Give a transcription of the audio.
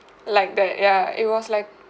like that ya it was like